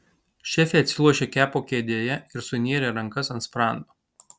šefė atsilošė kepo kėdėje ir sunėrė rankas ant sprando